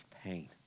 pain